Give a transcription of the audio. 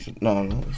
No